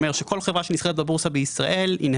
אומר שכל חברה שנסחרת בבורסה אינהרנטית,